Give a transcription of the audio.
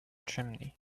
chimney